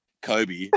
Kobe